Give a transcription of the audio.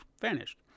vanished